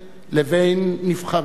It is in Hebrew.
לבין נבחריהם,